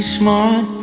smart